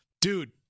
dude